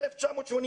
1984,